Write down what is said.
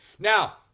Now